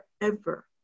forever